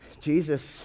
Jesus